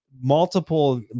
multiple